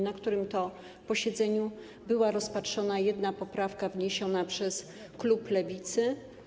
na którym to posiedzeniu była rozpatrzona jedna poprawka wniesiona przez klub Lewicy.